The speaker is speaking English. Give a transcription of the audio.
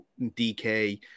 DK